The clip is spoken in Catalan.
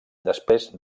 després